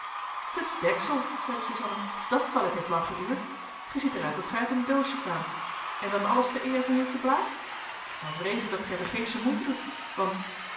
te deksel zeide suzanna dat toilet heeft lang geduurd gij ziet er uit of gij uit een doosje kwaamt en dat alles ter eere van jetje blaek dan vrees ik dat gij vergeefsche moeite doet want